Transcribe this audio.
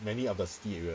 many of the city area